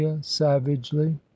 savagely